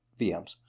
VMs